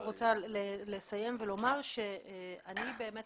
אני רק רוצה לסיים ולומר שאני באמת